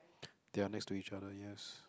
they are next to each other yes